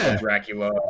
Dracula